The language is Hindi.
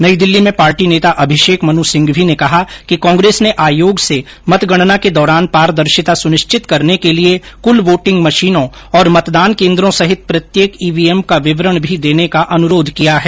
नई दिल्ली में पार्टी नेता अभिषेक मनु सिंघवी ने कहा कि कांग्रेस ने आयोग से मतगणना के दौरान पारदर्शिता सुनिश्चित करने के लिए कुल वोटिंग मशीनों और मतदान केन्द्रों सहित प्रत्येक ईवीएम का विवरण भी देने का अनुरोध किया है